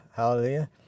Hallelujah